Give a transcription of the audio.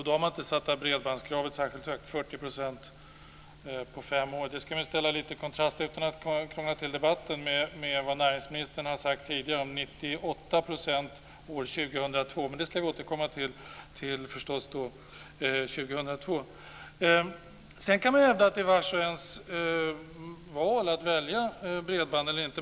Då har man inte satt bredbandskravet särskilt högt, 40 % på fem år. Det ska, utan att krångla till debatten, ställas i kontrast till det näringsministern har sagt tidigare om 98 % år 2002. Men det ska vi förstås återkomma till 2002. Man kan hävda att bredband eller inte är vars och ens val.